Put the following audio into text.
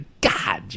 God